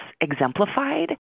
exemplified